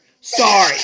Sorry